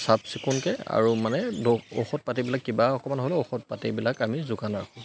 চাফ চিকুণকৈ আৰু মানে ঔষধ পাতিবিলাক কিবা অকণমান হ'লেও ঔষধ পাতিবিলাক আমি যোগান ৰাখোঁ